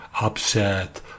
upset